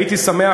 הייתי שמח,